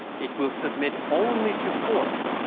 it will submit only to force,